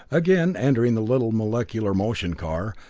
again entering the little molecular motion car,